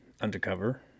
Undercover